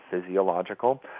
physiological